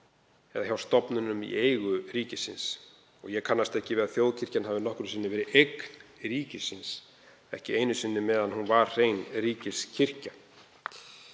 eða hjá stofnunum í eigu ríkisins. Ég kannast ekki við að þjóðkirkjan hafi nokkru sinni verið eign ríkisins, ekki einu sinni meðan hún var hrein ríkiskirkja.